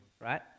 right